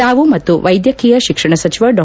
ತಾವು ಮತ್ತು ವೈದ್ಯಕೀಯ ಶಿಕ್ಷಣ ಸಚಿವ ಡಾ